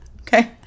okay